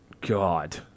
God